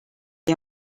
est